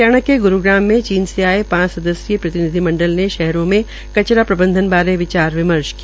हरियाणा में ग्रूग्राम में चीन से आये पांच सदस्यीय प्रतिनिधिमंडल ने शहरों के कचरा प्रबंधन बारे विचार विमर्श किया